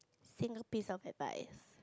single piece of advice